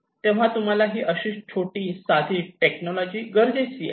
तेव्हा तुम्हाला ही अशी छोटी साधी टेक्नॉलॉजी गरजेची आहे